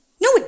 No